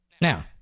now